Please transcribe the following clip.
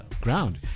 ground